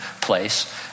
place